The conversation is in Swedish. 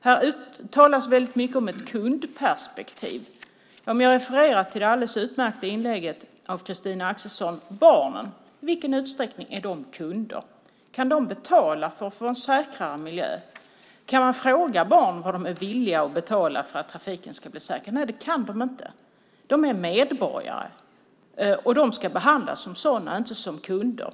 Här talas mycket om ett kundperspektiv. Jag refererar till det alldeles utmärkta inlägget av Christina Axelsson och vad hon sade om barnen. I vilken utsträckning är de kunder? Kan de betala för att få en säkrare miljö? Går det att fråga barn vad de är villiga att betala för att trafiken ska bli säker? Nej, de kan inte svara. De är medborgare, och de ska behandlas som medborgare och inte som kunder.